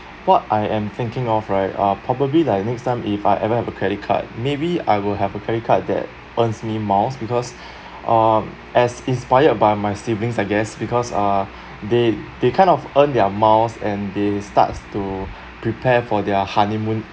what I am thinking of right uh probably like next time if I ever have a credit card maybe I will have a credit card that earns me miles because uh as inspired by my siblings I guess because uh they they kind of earn their miles and they starts to prepare for their honeymoon